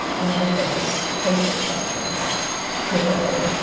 one of the famous facebook questions differently.